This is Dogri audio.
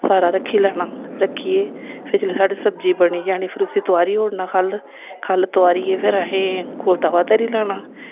सारा रक्खी लैना रक्खियै फिर जेल्लै साढ़े सब्जी बनी फिर उसी तुआरी ओड़ना ख'ल्ल ख'ल्ल तुआरियै फिर अहें कोल तवा धरी लेना